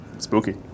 Spooky